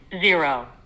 zero